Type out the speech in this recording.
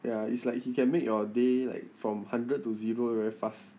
ya it's like he can make your day like from hundred to zero very fast